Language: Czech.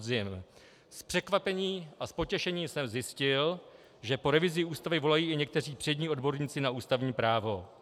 S překvapením a s potěšením jsem zjistil, že po revizi Ústavy volají i někteří odborníci na ústavní právo.